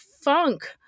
funk